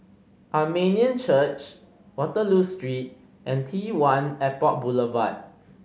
Armenian Church Waterloo Street and T Airport Boulevard